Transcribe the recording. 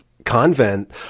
convent